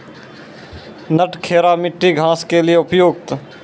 नटखेरा मिट्टी घास के लिए उपयुक्त?